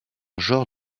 genre